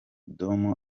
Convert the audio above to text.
dom